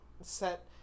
set